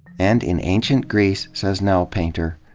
and in ancient greece, says nell painter,